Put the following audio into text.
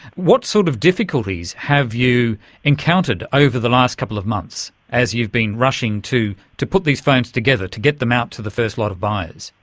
what sort of difficulties have you encountered over the last couple of months as you've been rushing to to put these phones together, to get them out to the first lot of buyers?